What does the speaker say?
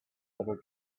ever